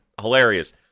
hilarious